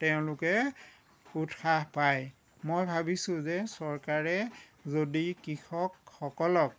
তেওঁলোকে উৎসাহ পায় মই ভাবিছোঁ যে চৰকাৰে যদি কৃষকসকলক